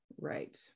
right